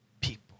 people